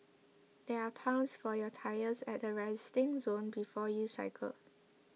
there are pumps for your tyres at the resting zone before you cycle